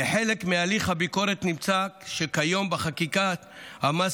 כחלק מהליך הביקורת נמצא שבחקיקת המס